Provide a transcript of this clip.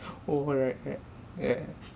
oh right right yeah